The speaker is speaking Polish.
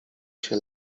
się